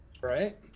Right